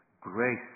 grace